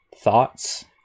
thoughts